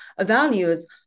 values